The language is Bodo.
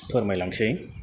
फोरमायलांनोसै